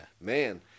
Man